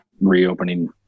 reopening